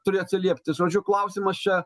turi atsiliepti žodžiu klausimas čia